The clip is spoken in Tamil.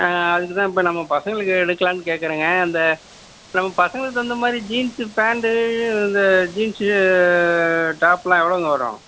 ஆ அதுக்கு தான் நம்ம பசங்களுக்கு எடுக்கலாம்னு கேட்குறேங்க அந்த நம்ம பசங்களுக்கு தகுந்த மாதிரி ஜீன்ஸு ப்பேண்ட் இந்த ஜீன்ஸு ஆ டாப்லாம் எவ்வளோங்க வரும்